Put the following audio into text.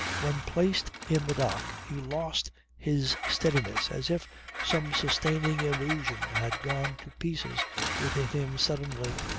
when placed in the dock he lost his steadiness as if some sustaining illusion had gone to pieces within him suddenly.